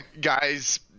guys